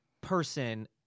person